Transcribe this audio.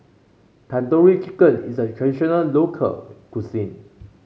Tandoori Chicken is a traditional local cuisine